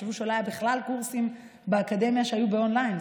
תחשבו שלא היו בכלל קורסים באקדמיה שהיו באון-ליין.